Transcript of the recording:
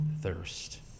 thirst